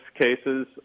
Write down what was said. cases